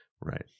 Right